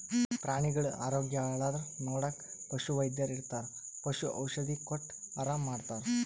ಪ್ರಾಣಿಗಳ್ ಆರೋಗ್ಯ ಹಾಳಾದ್ರ್ ನೋಡಕ್ಕ್ ಪಶುವೈದ್ಯರ್ ಇರ್ತರ್ ಪಶು ಔಷಧಿ ಕೊಟ್ಟ್ ಆರಾಮ್ ಮಾಡ್ತರ್